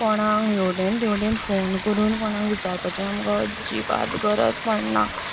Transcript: कोणाक हेवटेन तेवटेन फोन करून कोणाक विचारपाचें आमकां अजिबात गरज पडना